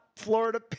Florida